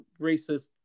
racist